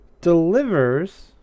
delivers